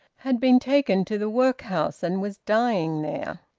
had been taken to the workhouse and was dying there.